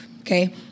okay